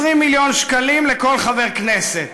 20 מיליון שקלים לכל חבר כנסת.